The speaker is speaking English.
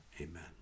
amen